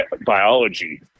biology